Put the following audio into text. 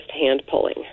hand-pulling